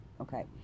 okay